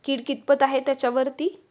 कीड कितपत आहे त्याच्यावरती